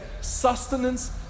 sustenance